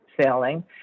sailing